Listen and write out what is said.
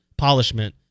polishment